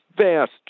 vast